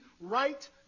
right